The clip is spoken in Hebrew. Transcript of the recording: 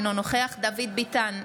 אינו נוכח דוד ביטן,